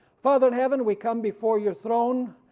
father in heaven we come before your throne